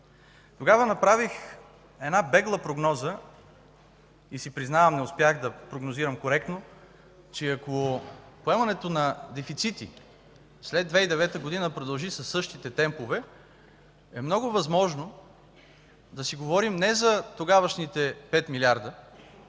Тогава направих една бегла прогноза и си признавам – не успях да прогнозирам коректно, че ако поемането на дефицити след 2009 г. продължи със същите темпове, е много възможно да си говорим не за тогавашните 5 милиарда,